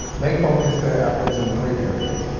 they focus their efforts in three areas.